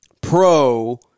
pro